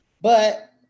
but-